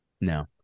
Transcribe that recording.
No